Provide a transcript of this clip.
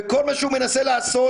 וכל מה שהוא מנסה לעשות,